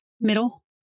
Middle